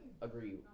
agree